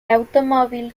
automóvil